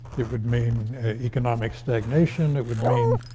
it would mean economic stagnation. it would mean